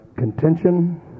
contention